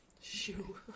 Shoe